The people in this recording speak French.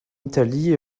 italie